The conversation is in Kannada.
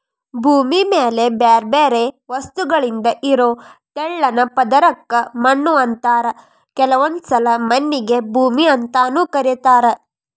ಭೂಮಿ ಮ್ಯಾಲೆ ಬ್ಯಾರ್ಬ್ಯಾರೇ ವಸ್ತುಗಳಿಂದ ಇರೋ ತೆಳ್ಳನ ಪದರಕ್ಕ ಮಣ್ಣು ಅಂತಾರ ಕೆಲವೊಂದ್ಸಲ ಮಣ್ಣಿಗೆ ಭೂಮಿ ಅಂತಾನೂ ಕರೇತಾರ